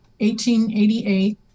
1888